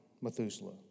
Methuselah